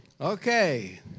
Okay